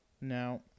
Now